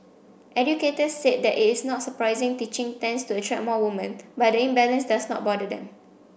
educators said that it is not surprising teaching tends to attract more women but the imbalance does not bother them